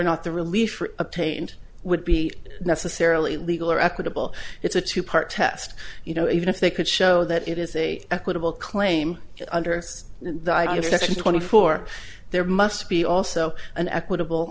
relief obtained would be necessarily legal or equitable it's a two part test you know even if they could show that it is a equitable claim under the i section twenty four there must be also an equitable